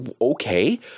okay